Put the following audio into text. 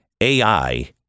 AI